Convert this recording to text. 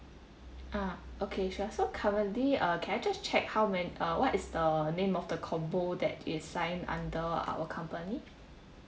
uh okay sure so currently uh can I just check how many uh what is the name of the combo that you signed under our company